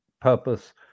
purpose